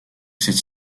cette